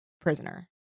prisoner